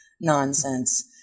nonsense